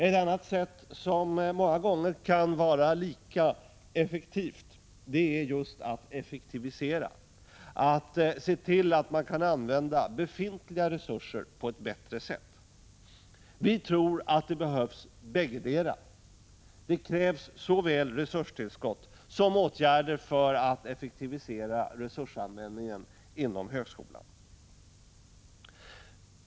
Ett annat sätt, som många gånger kan vara lika verkningsfullt, är att effektivisera, att se till att befintliga resurser kan användas på ett bättre sätt. Vi tror att bägge delarna behövs. Det krävs såväl resurstillskott som åtgärder för att effektivisera resursanvändningen inom högskolan.